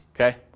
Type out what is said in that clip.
Okay